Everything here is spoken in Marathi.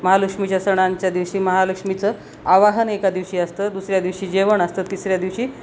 महालक्ष्मीच्या सणांच्या दिवशी महालक्ष्मीचं आवाहन एका दिवशी असतं दुसऱ्या दिवशी जेवण असतं तिसऱ्या दिवशी